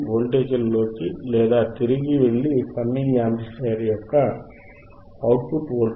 వోల్టేజ్లలోకి లేదా తిరిగి వెళ్లి సమ్మింగ్ యాంప్లిఫైయర్ యొక్క అవుట్ పుట్ వోల్టేజ్ సూత్రాన్ని చూడవచ్చు